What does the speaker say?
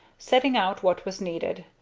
setting out what was needed,